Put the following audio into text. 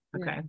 okay